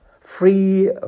free